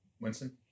Winston